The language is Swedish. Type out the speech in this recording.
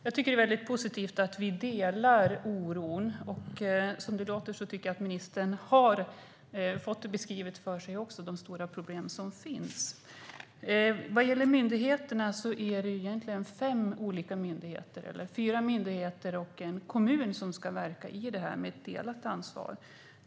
Jag tycker att det är positivt att vi delar oron. Som det låter har också ministern fått de stora problem som finns beskrivna för sig. Det handlar egentligen om fem olika myndigheter, eller om fyra myndigheter och en kommun, som ska verka i detta med ett delat ansvar.